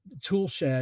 Toolshed